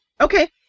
Okay